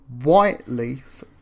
Whiteleaf